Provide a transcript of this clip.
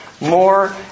more